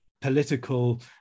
political